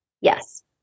Yes